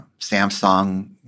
Samsung